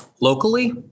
Locally